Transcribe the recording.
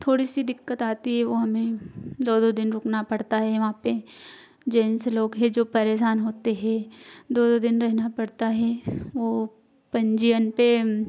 थोड़ी सी दिक्कत आती है वह हमें दो दो दिन रुकना पड़ता हैं वहाँ पर जेंट्स लोग हैं जो परेशान होते हैं दो दो दिन रहना पड़ता हे वह पंजीयन पर